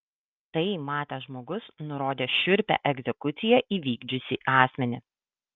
tai matęs žmogus nurodė šiurpią egzekuciją įvykdžiusį asmenį